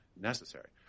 necessary